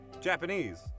Japanese